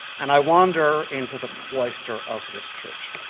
and i wander into the cloister of this church,